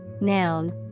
noun